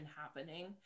happening